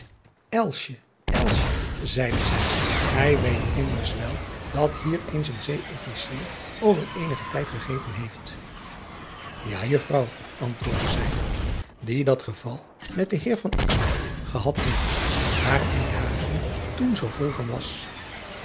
zeide zij ij weet immers wel dat hier eens een ee officier over eenigen tijd gegeten heeft a juffrouw antwoordde zij die dat geval met den eer gehad heeft daar nkhuizen toen zoo vol van was